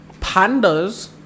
Pandas